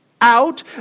out